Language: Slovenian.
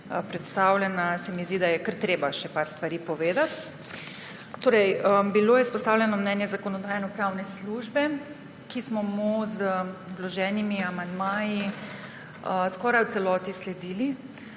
predstavljena, se mi zdi, da je kar treba še nekaj stvari povedati. Bilo je izpostavljeno mnenje Zakonodajno-pravne službe, ki smo mu z vloženimi amandmaji skoraj v celoti sledili.